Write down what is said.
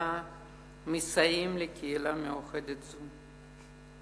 הקליטה מסייעים לקהילה מיוחדת זו.